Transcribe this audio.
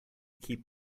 keep